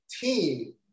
team